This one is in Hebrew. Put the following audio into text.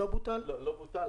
לא, לא בוטל.